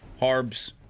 Harbs